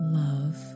love